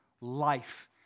life